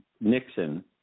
Nixon